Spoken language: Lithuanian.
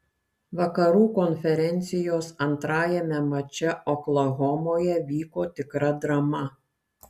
vakarų konferencijos antrajame mače oklahomoje vyko tikra drama